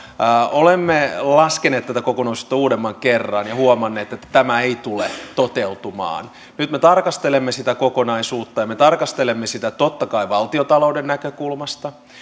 olemme laskeneet tätä kokonaisuutta uudemman kerran ja huomanneet että tämä ei tule toteutumaan nyt me tarkastelemme sitä kokonaisuutta ja me tarkastelemme sitä totta kai valtiontalouden näkökulmasta